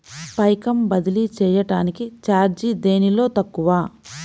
పైకం బదిలీ చెయ్యటానికి చార్జీ దేనిలో తక్కువ?